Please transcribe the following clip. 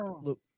look